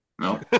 No